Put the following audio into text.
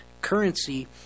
currency